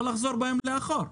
לא לחזור בהם לאחור.